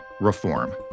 reform